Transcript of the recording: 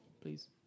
Please